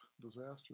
disaster